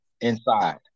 inside